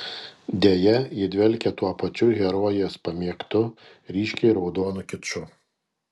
deja ji dvelkia tuo pačiu herojės pamėgtu ryškiai raudonu kiču